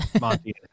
Monty